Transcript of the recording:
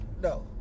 No